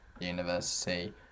university